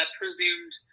presumed